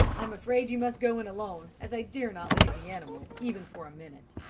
i'm afraid you must go in alone, as i dare not leave the animal even for a minute.